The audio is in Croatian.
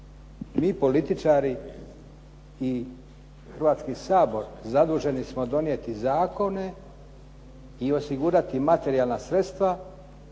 Mi političari i Hrvatski sabor zaduženi smo donijeti zakone i osigurati materijalna sredstva